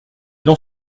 dans